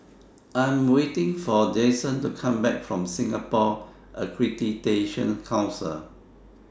I Am waiting For Jasen to Come Back from Singapore Accreditation Council